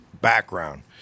background